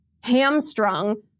hamstrung